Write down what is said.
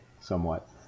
somewhat